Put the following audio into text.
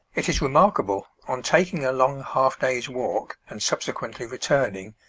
it is remarkable, on taking a long half-day's walk, and subsequently returning,